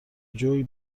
جویی